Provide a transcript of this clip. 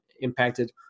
impacted